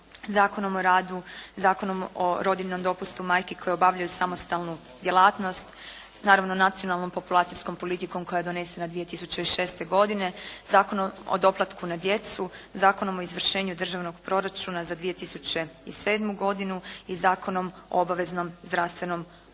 Zakonom o radu, Zakonom o rodiljinom dopustu majki koje obavljaju samostalnu djelatnost, naravno nacionalnom populacijskom politikom koja je donesena 2006. godine, Zakon o doplatku na djecu, Zakonom o izvršenju državnog proračuna za 2007. godinu i Zakonu o obaveznom zdravstvenom osiguranju.